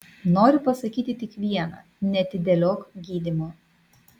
noriu pasakyti tik viena neatidėliok gydymo